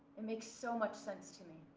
it makes so much sense to me.